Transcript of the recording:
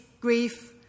grief